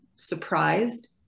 surprised